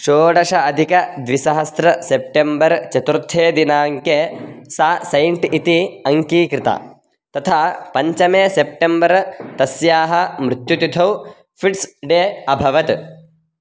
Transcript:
षोडशाधिक द्विसहस्रं सेप्टेम्बर् चतुर्थे दिनाङ्के सा सैण्ट् इति अङ्कीकृता तथा पञ्चमे सेप्टेम्बर् तस्याः मृत्युतिथौ फ़िड्स् डे अभवत्